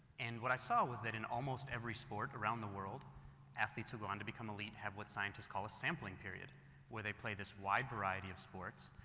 and what i saw was that in almost every sport around the world athletes who gone to become elite have what scientist call a, sampling period where they play this wide variety of sports.